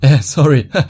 Sorry